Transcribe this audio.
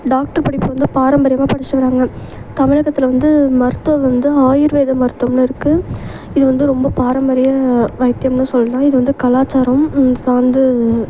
doctor படிப்பு வந்து பாரம்பரியமாக படிச்சுட்டு வராங்க தமிழகத்தில் வந்து மருத்துவம் வந்து ஆயுர்வேத மருத்துவம்னு இருக்குது இது வந்து ரொம்ப பாரம்பரிய வைத்தியம்னு சொல்லலாம் இது வந்து கலாச்சாரம் சார்ந்து